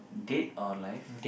dead or alive